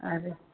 अरे